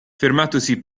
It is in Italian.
fermatosi